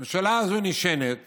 הממשלה הזו נשענת